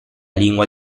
lingua